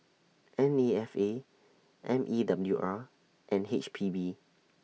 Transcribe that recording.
N A F A M E W R and H P B